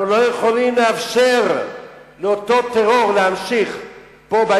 אנחנו לא יכולים לאפשר לאותו טרור להמשיך פה,